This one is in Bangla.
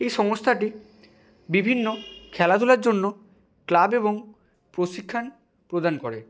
এই সংস্থাটি বিভিন্ন খেলাধুলার জন্য ক্লাব এবং প্রশিক্ষণ প্রদান করে